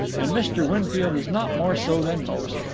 and mr. winfield is not more so than most.